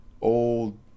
old